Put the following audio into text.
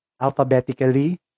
alphabetically